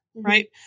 Right